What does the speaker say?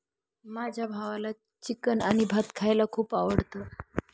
माझ्या भावाला चिकन आणि भात खायला खूप आवडतं